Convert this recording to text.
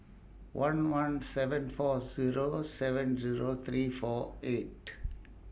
one one seven four Zero seven Zero three four eight